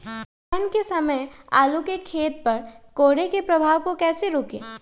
ठंढ के समय आलू के खेत पर कोहरे के प्रभाव को कैसे रोके?